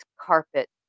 carpet